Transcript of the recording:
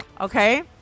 Okay